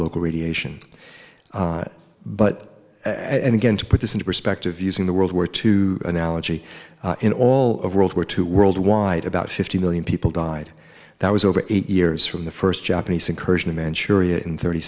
local radiation but and again to put this into perspective using the world war two analogy in all of world war two worldwide about fifty million people died that was over eight years from the first japanese incursion in manchuria in thirty